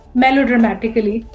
melodramatically